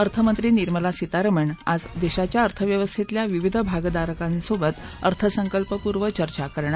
अर्थमंत्री निर्मला सीतारमण आज देशाच्या अर्थव्यवस्थेतल्या विविध भागधारकांसोबत अर्थसंकल्पपूर्व चर्चा करणार